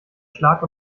schlag